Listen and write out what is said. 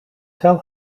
tell